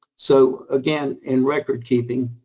so again, in record-keeping,